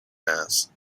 mass